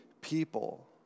people